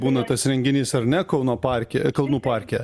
būna tas renginys ar ne kauno parke kalnų parke